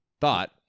thought